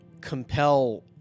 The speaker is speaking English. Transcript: compel